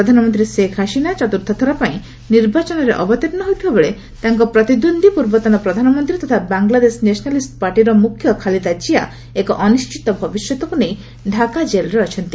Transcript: ପ୍ରଧାନମନ୍ତ୍ରୀ ଶେଖ୍ ହାସିନା ଚତୁର୍ଥ ଥର ପାଇଁ ନିର୍ବାଚନରେ ଅବତୀର୍ଣ୍ଣ ହୋଇଥିବାବେଳେ ତାଙ୍କ ପ୍ରତିଦ୍ୱନ୍ଦ୍ୱୀ ପୂର୍ବତନ ପ୍ରଧାନମନ୍ତ୍ରୀ ତଥା ବାଂଲାଦେଶ ନେସନାଲିଷ୍ଟ ପାର୍ଟି ବିଏନ୍ପିର ମୁଖ୍ୟ ଖାଲିଦା ଜିଆ ଏକ ଅନିଶ୍ଚିତ ଭବିଷ୍ୟତକୁ ନେଇ ଢାକା ଜେଲ୍ରେ ଅଛନ୍ତି